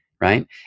right